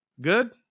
Good